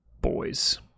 Boys